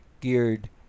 geared